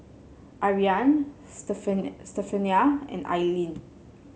Ariane Stephania and Aileen